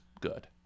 good